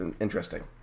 Interesting